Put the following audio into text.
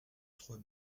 trois